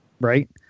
right